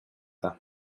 ans